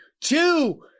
two